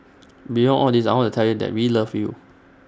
beyond all this I want to tell you that we love you